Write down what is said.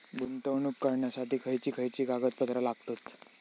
गुंतवणूक करण्यासाठी खयची खयची कागदपत्रा लागतात?